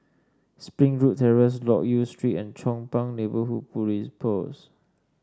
Springwood Terrace Loke Yew Street and Chong Pang Neighbourhood Police Post